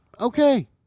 Okay